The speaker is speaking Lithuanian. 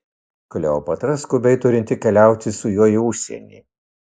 kleopatra skubiai turinti keliauti su juo į užsienį